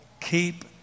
keep